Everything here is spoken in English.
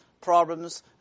problems